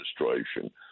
administration